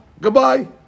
Goodbye